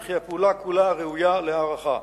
וכי הפעולה כולה ראויה להערכה.